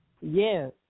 Yes